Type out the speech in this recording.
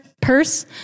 purse